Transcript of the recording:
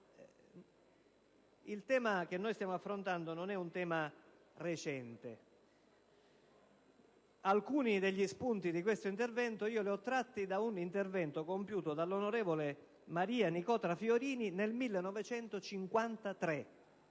il tema che stiamo affrontando non è recente. Alcuni degli spunti di questo intervento li ho tratti da un intervento dell'onorevole Maria Nicotra Fiorini nel 1953: